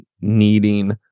needing